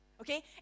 okay